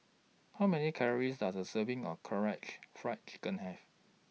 How Many Calories Does A Serving of Karaage Fried Chicken Have